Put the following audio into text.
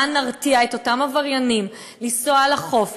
נרתיע את אותם עבריינים מנסיעה על החוף,